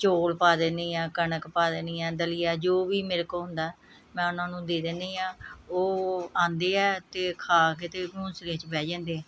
ਚੋਲ ਪਾ ਦਿੰਦੀ ਹਾਂ ਕਣਕ ਪਾ ਦਿੰਦੀ ਹਾਂ ਦਲੀਆ ਜੋ ਵੀ ਮੇਰੇ ਕੋਲ ਹੁੰਦਾ ਮੈਂ ਉਨ੍ਹਾਂ ਨੂੰ ਦੇ ਦਿੰਦੀ ਹਾਂ ਉਹ ਆਉਂਦੇ ਹੈ ਅਤੇ ਖਾ ਕੇ ਅਤੇ ਘੋਂਸਲੇ 'ਚ ਬਹਿ ਜਾਂਦੇ ਹੈ